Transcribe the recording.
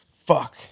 Fuck